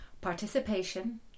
participation